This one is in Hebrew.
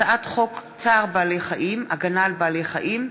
הצעת חוק צער בעלי-חיים (הגנה על בעלי-חיים)